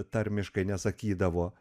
tarmiškai nesakydavo